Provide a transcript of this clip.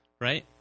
right